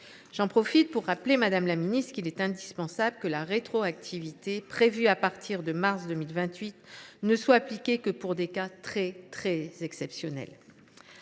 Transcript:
J’en profite pour rappeler, madame la ministre, qu’il est indispensable que la rétroactivité, prévue à partir de mars 2028, ne soit appliquée que pour des cas très exceptionnels.